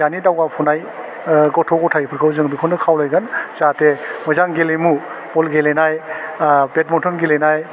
दानि दावगा फुनाय गथ' गथायफोरखौ जों बेखौनो खावलायगोन जाहाथे मोजां गेलेमु बल गेलेनाय बेटमिन्टन गेलेनाय